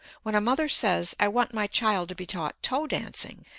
when a mother says, i want my child to be taught toe dancing,